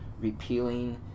repealing